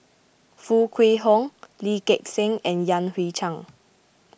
Foo Kwee Horng Lee Gek Seng and Yan Hui Chang